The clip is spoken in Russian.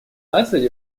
наций